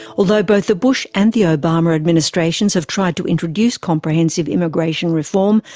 although both the bush and the obama administrations have tried to introduce comprehensive immigration reform,